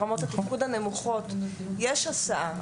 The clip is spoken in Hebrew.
ברמות התפקוד הנמוכות יש הסעה,